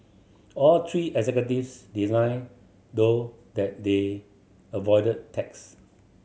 all three executives denied though that they avoided tax